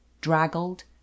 draggled